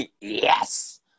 Yes